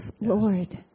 Lord